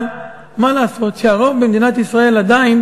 אבל מה לעשות שהרוב במדינת ישראל עדיין